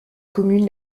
commune